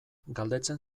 galdetzen